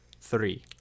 three